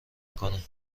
کنن